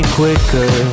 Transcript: quicker